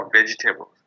vegetables